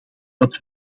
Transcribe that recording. dat